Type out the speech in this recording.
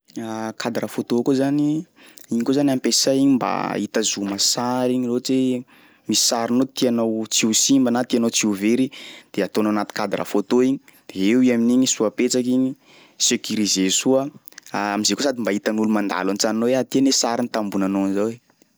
Cadre photo koa zany, igny koa zany ampiasay igny mba itazoma sary igny raha ohatsy hoe misy sarinao tianao tsy ho simba na tianao tsy ho very de ataonao anaty cadre photo igny de eo i amin'igny soa petsaky igny, securisé soa am'zay koa sady mba hitan'olo mandalo an-tsanonao hoe ty anie sariny tam'mbô nanao an'izao e.